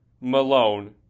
Malone